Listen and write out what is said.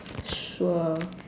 sure